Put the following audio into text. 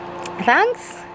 thanks